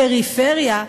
פריפריה,